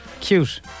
cute